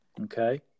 Okay